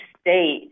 state